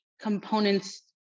components